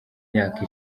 myaka